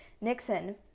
Nixon